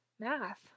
math